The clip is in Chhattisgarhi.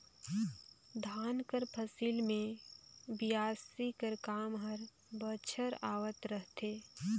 धान कर फसिल मे बियासी कर काम हर बछर आवत रहथे